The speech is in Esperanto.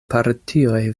partioj